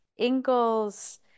Ingalls